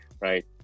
right